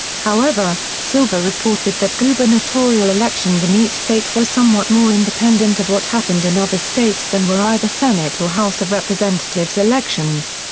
however, silver reported that gubernatorial elections in each state were somewhat more independent of what happened in other states than were either senate or house of representatives elections.